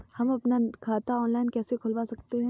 हम अपना खाता ऑनलाइन कैसे खुलवा सकते हैं?